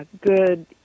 good